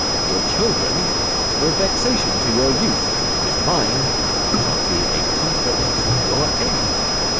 your children were vexation to your youth but mine shall be a comfort to your age.